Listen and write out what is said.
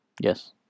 Yes